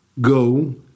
go